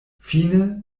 fine